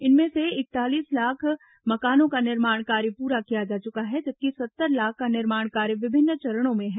इनमें से इकतालीस लाख मकानों का निर्माण कार्य पूरा किया जा चुका है जबकि सत्तर लाख का निर्माण कार्य विभिन्न चरणों में है